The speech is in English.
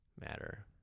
matter